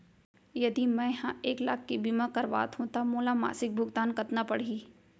यदि मैं ह एक लाख के बीमा करवात हो त मोला मासिक भुगतान कतना पड़ही?